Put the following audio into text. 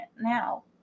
now